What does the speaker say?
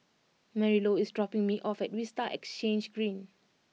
Marylou is dropping me off at Vista Exhange Green